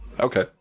Okay